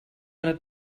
eine